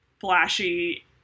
flashy